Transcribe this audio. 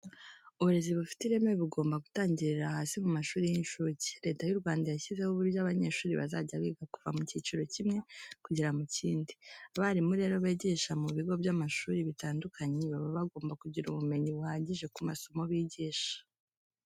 Uburezi bufite ireme bugomba gutangirira hasi mu mashuri y'incuke. Leta y'u Rwanda yashyizeho uburyo abanyeshuri bazajya biga kuva mu cyiciro kimwe kugera mu kindi. Abarimu rero bigisha mu bigo by'amashuri bitandukanye baba bagomba kugira ubumenyi buhagije ku masomo bigisha.